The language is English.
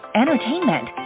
entertainment